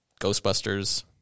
Ghostbusters